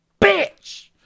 bitch